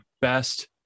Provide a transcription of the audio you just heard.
best